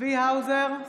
צבי האוזר,